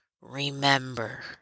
remember